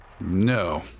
No